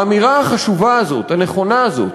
האמירה החשובה הזאת, הנכונה הזאת,